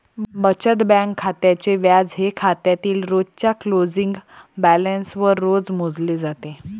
बचत बँक खात्याचे व्याज हे खात्यातील रोजच्या क्लोजिंग बॅलन्सवर रोज मोजले जाते